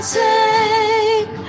take